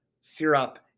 syrup